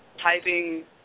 typing